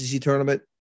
tournament